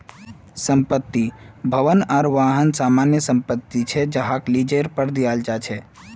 संपत्ति, भवन आर वाहन सामान्य संपत्ति छे जहाक लीजेर पर दियाल जा छे